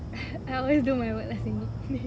I always do my work last minute